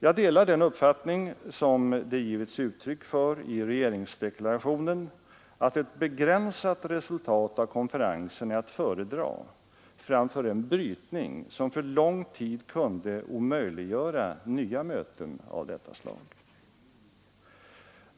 Jag delar den uppfattning som fått uttryck i regeringsdeklarationen, att ett begränsat resultat av konferensen är att föredra framför en brytning som för lång tid kunde omöjliggöra nya möten av detta slag.